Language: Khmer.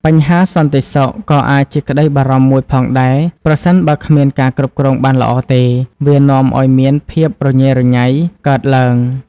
បញ្ហាសន្តិសុខ ក៏អាចជាក្តីបារម្ភមួយផងដែរ ប្រសិនបើគ្មានការគ្រប់គ្រងបានល្អទេ វានាំឲ្យមានភាពរញេរញ៉ៃកើតឡើង។